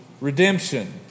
redemption